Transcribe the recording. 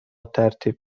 ترتیب